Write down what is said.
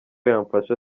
yamfasha